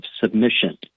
submission